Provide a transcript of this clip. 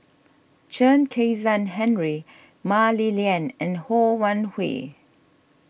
Chen Kezhan Henri Mah Li Lian and Ho Wan Hui